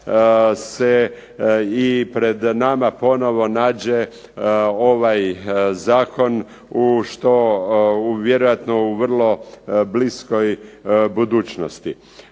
se i pred nama ponovo nađe ovaj zakon u što, u vjerojatno u bliskoj budućnosti.